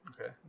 Okay